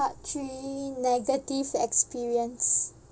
part three negative experience